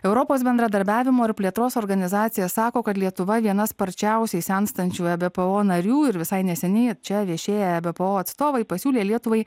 europos bendradarbiavimo ir plėtros organizacija sako kad lietuva viena sparčiausiai senstančių ebpo narių ir visai neseniai čia viešėję ebpo atstovai pasiūlė lietuvai